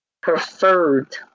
preferred